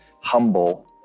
humble